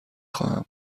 خواهم